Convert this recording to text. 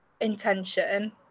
intention